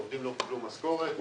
עובדים לא קיבלו משכורת.